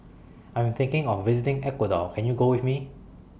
I Am thinking of visiting Ecuador Can YOU Go with Me